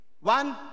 One